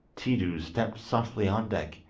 tiidu stepped softly on deck,